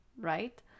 right